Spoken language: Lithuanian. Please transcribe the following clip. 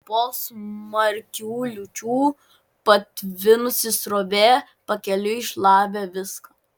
po smarkių liūčių patvinusi srovė pakeliui šlavė viską